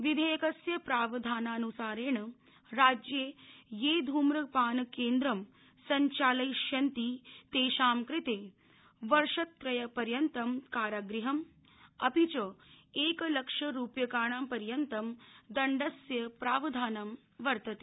विधेयकस्य प्रावधानान्सारेण राज्ये ये धूम्रपान केन्द्रं संचालयिष्यन्ति तेषाम् कृते वर्षत्रयपर्यन्तं कारागृहं अपि च एकलक्ष रूप्यकाणां पर्यन्तं दण्डस्य प्रावधानं वर्तते